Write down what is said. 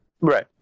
right